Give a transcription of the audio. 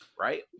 Right